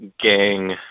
gang